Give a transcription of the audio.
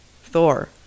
Thor